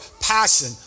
passion